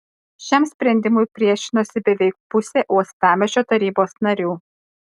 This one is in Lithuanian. šiam sprendimui priešinosi beveik pusė uostamiesčio tarybos narių